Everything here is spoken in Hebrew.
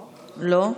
לא.